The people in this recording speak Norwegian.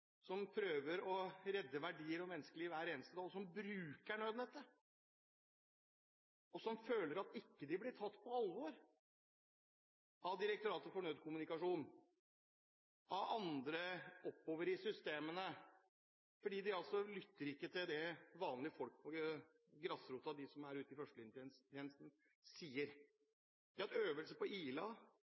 som prøver å redde verdier og menneskeliv hver eneste dag, som bruker nødnettet, og som føler at de ikke blir tatt på alvor – av Direktoratet for nødkommunikasjon, av andre oppover i systemene, fordi de ikke lytter til det vanlige folk på grasrota, de som er ute i førstelinjetjenesten, sier. Vi har hatt øvelse på Ila,